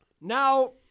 Now